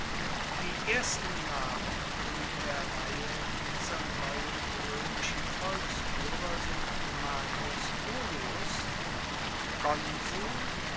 die ersten namen in der reihe dieser neuen roemischen volksfuehrer sind manius curius